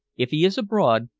if he is abroad,